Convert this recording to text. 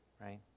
right